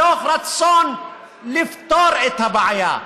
מתוך רצון לפתור את הבעיה,